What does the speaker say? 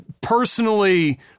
personally